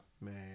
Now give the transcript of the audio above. Man